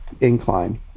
incline